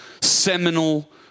seminal